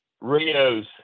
Rios